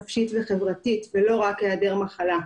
נפשית וחברתית ולא רק היעדר מחולה.